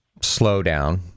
slowdown